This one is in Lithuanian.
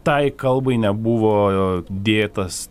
tai kalbai nebuvo dėtas